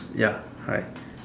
ya hi